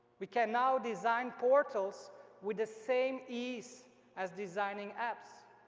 we can now design portals with the same ease as designing apps.